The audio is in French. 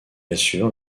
assure